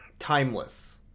Timeless